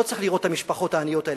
לא צריך לראות את המשפחות העניות האלה,